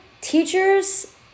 teachers